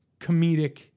comedic